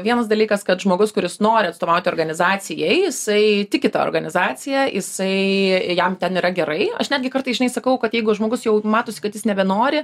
vienas dalykas kad žmogus kuris nori atstovauti organizacijai jisai tiki ta organizacija jisai jam ten yra gerai aš netgi kartais žinai sakau kad jeigu žmogus jau matosi kad jis nebenori